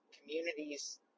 communities